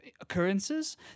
occurrences